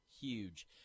huge